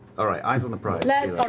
all right. eyes on the prize.